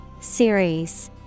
Series